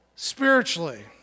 Spiritually